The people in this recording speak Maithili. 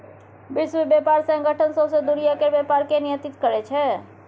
विश्व बेपार संगठन सौंसे दुनियाँ केर बेपार केँ नियंत्रित करै छै